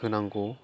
होनांगौ